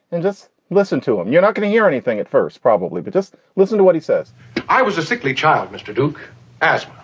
and just listen to him. you're not going to hear anything at first, probably, but just listen to what he says i was a sickly child, mr. duke asked.